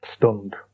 Stunned